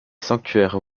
sanctuaires